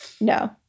no